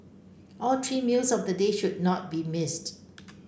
all three meals of the day should not be missed